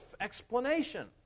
explanation